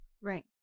Right